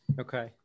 Okay